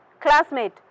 Classmate